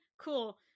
Cool